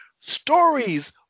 stories